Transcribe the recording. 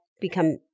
become